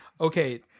Okay